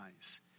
eyes